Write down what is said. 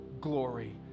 glory